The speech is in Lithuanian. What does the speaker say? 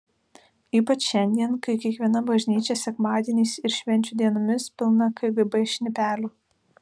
ypač šiandien kai kiekviena bažnyčia sekmadieniais ir švenčių dienomis pilna kgb šnipelių